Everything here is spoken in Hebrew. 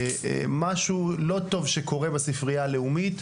משהו לא טוב שקורה בספרייה הלאומית,